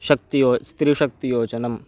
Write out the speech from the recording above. शक्तियोजना स्त्रीशक्तियोजना